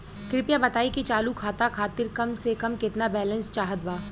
कृपया बताई कि चालू खाता खातिर कम से कम केतना बैलैंस चाहत बा